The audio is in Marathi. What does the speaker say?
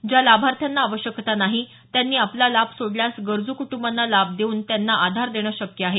ज्या लाभार्थ्यांना आवश्यकता नाही त्यांनी आपला लाभ सोडल्यास गरजू कुटुंबांना लाभ देऊन त्यांना आधार देणं शक्य आहे